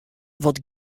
wat